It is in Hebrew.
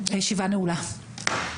הישיבה נעולה.